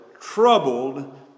troubled